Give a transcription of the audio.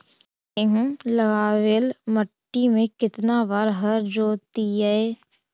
गेहूं लगावेल मट्टी में केतना बार हर जोतिइयै?